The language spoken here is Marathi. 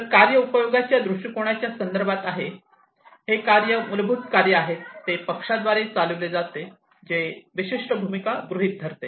तर कार्य उपयोगाच्या दृष्टिकोनाच्या संदर्भात आहे कार्य हे मूलभूत कार्ये आहे ते पक्षाद्वारे चालवले जाते जे विशिष्ट भूमिका गृहीत धरते